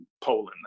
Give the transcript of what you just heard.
Poland